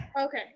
Okay